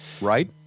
Right